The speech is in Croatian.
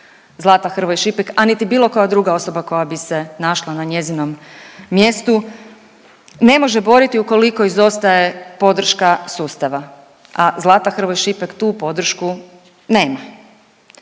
Zlata Hrvoj-Šipek, a niti bilo koja druga osoba koja bi se našla na njezinom mjestu ne može boriti ukoliko izostaje podrška sustava, a Zlata Hrvoj-Šipek tu podršku nema